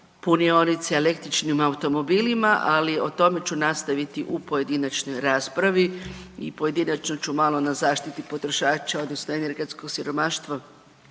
punionice električnim automobilima, ali o tome ću nastaviti u pojedinačnoj raspravi i pojedinačno ću malo na zaštiti potrošača odnosno energetskog siromaštva